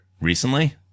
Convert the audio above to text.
Recently